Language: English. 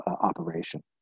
operation